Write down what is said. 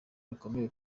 nakomeje